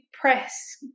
press